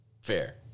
Fair